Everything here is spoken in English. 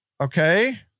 Okay